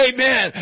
Amen